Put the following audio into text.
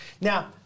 Now